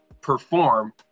perform